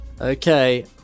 Okay